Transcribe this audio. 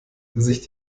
sich